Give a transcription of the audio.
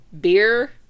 beer